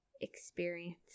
experience